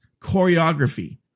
choreography